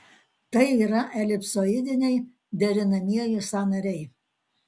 tai yra elipsoidiniai derinamieji sąnariai